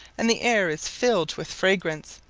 and the air is filled with fragrance,